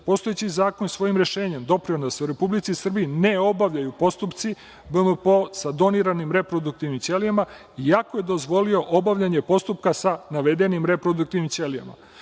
postojeći zakon je svojim rešenjem doprineo da se u Republici Srbiji ne obavljaju postupci BMPO sa doniranim reproduktivnim ćelijama, iako je dozvolio obavljanje postupka sa navedenim reproduktivnim ćelijama. Novi